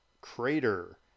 crater